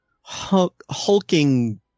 hulking